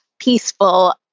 peaceful